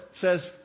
says